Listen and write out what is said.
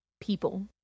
people